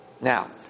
Now